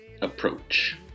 approach